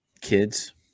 kids